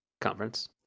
conference